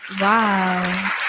wow